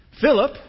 Philip